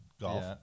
golf